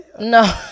No